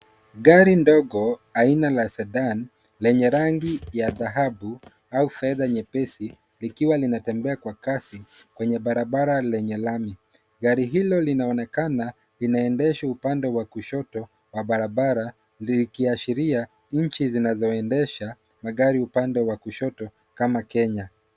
Gari ndogo aina la Sedan, lenye rangi ya dhahabu au fedha nyepesi, likiwa linatembea kwa kasi kwenye barabara lenye lami. Gari hilo linaonekana linaendeshwa upande wa kushoto wa barabara, likiashiria nchi zinazoendesha magari upande wa kushoto, kama Kenya.